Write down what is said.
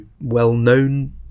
well-known